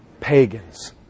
pagans